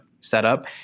setup